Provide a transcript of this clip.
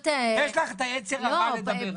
יש לך את היצר הרע לדבר על זה.